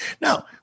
Now